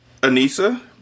Anissa